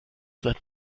that